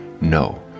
No